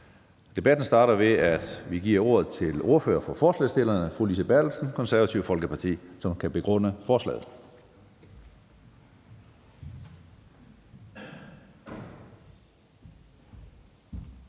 Debatten starter med, at vi giver ordet til ordføreren for forslagsstillerne, fru Lise Bertelsen, Det Konservative Folkeparti, som vil begrunde forslaget.